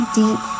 deep